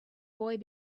boy